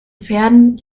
pferden